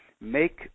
make